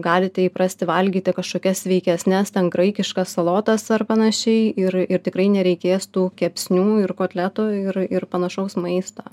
galite įprasti valgyti kažkokias sveikesnes graikiškas salotas ar panašiai ir ir tikrai nereikės tų kepsnių ir kotletų ir ir panašaus maisto